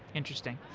interesting.